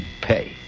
pay